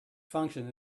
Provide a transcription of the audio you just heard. function